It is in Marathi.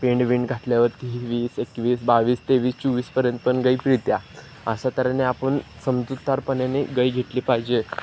पेंड विंड घातल्यावरती ही वीस एकवीस बावीस तेवीस चोवीसपर्यंत पण गाय पिळते अशा तऱ्हेने आपण समजूदारपणाने गाय घेतली पाहिजे